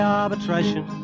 arbitration